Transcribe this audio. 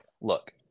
look